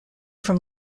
from